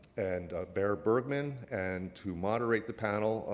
and bear bergman. and to moderate the panel,